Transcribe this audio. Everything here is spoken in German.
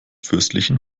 fürstlichen